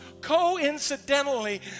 coincidentally